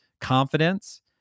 confidence